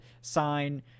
sign